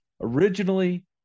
originally